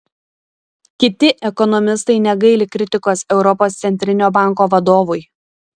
kiti ekonomistai negaili kritikos europos centrinio banko vadovui